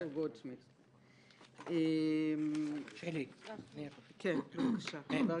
חבר הכנסת אחמד טיבי, בבקשה.